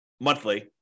monthly